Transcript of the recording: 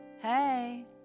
Hey